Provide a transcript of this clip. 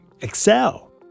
Excel